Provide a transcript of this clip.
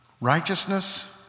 righteousness